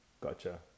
gotcha